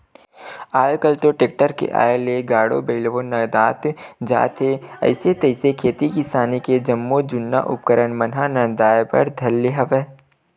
आल कल तो टेक्टर के आय ले गाड़ो बइलवो नंदात जात हे अइसे तइसे खेती किसानी के जम्मो जुन्ना उपकरन मन ह नंदाए बर धर ले हवय